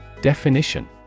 Definition